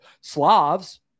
Slavs